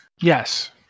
Yes